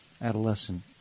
adolescent